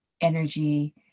energy